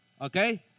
Okay